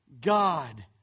God